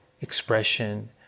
expression